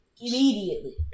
Immediately